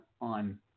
on